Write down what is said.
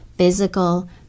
physical